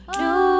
new